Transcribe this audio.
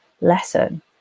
lesson